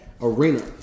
arena